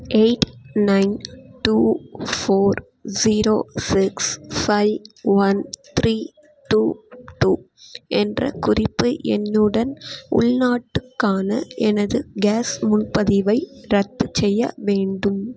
eight nine two four zero six five one three two two என்ற குறிப்பு எண்ணுடன் உள்நாட்டுக்கான எனது கேஸ் முன்பதிவை ரத்து செய்ய வேண்டும்